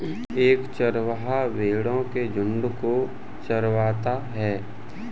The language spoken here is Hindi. एक चरवाहा भेड़ो के झुंड को चरवाता है